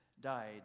died